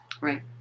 right